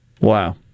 Wow